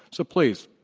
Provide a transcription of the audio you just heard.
so please,